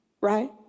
right